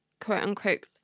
quote-unquote